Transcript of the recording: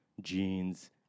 jeans